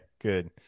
good